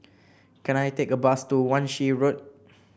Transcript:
can I take a bus to Wan Shih Road